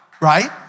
Right